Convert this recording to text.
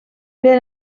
per